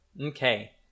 okay